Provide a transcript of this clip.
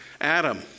Adam